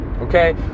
Okay